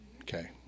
Okay